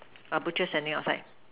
uh butchers standing outside